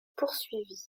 poursuivit